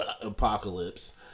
Apocalypse